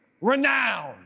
renown